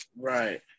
right